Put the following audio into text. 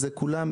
כולם,